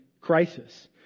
crisis